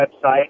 website